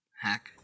hack